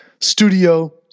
studio